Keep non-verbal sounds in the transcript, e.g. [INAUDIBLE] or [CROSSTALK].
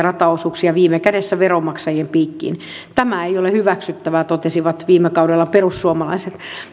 [UNINTELLIGIBLE] rataosuuksia viime kädessä veronmaksajien piikkiin tämä ei ole hyväksyttävää näin totesivat viime kaudella perussuomalaiset